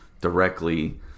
directly